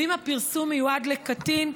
ואם הפרסום מיועד לקטין,